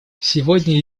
сегодня